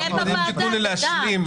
אם תיתנו לי להשלים,